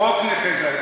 חוק נכה זה היה.